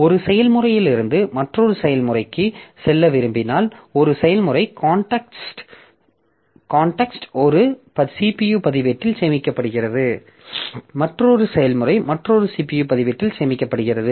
ஒரு செயல்முறையிலிருந்து மற்றொரு செயல்முறைக்குச் செல்ல விரும்பினால் ஒரு செயல்முறை காண்டெக்ஸ்ட் ஒரு CPU பதிவேட்டில் சேமிக்கப்படுகிறது மற்றொரு செயல்முறை மற்றொரு CPU பதிவேட்டில் சேமிக்கப்படுகிறது